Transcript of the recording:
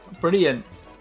Brilliant